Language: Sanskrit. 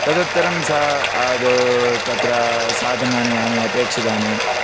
तदुत्तरं सा आदौ तत्र साधनानि यानि अपेक्षितानि